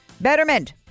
Betterment